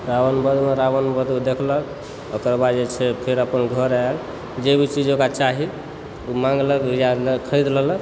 रावण वधमे रावणके देखलक ओकर बाद जे छै फेर अपन घर आयल जे भी चीज ओकरा चाही ओ माँगलक या खरीद लेलक